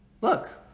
Look